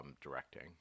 directing